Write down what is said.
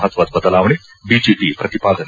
ಮಹತ್ವದ ಬದಲಾವಣೆ ಬಿಜೆಪಿ ಪ್ರತಿಪಾದನೆ